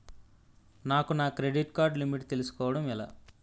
నాకు నా credit card limit తెలుసుకోవడం ఎలా?